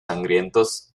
sangrientos